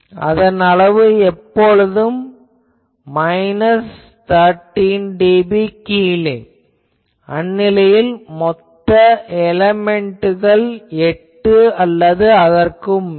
அதன் அளவு எப்போதும் மைனஸ் 13dB கீழே அந்நிலையில் மொத்த எலேமென்ட்கள் 8 அல்லது அதற்கு மேல்